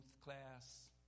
class